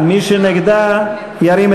מי נגד ההסתייגות?